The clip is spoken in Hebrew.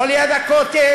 לא ליד הכותל,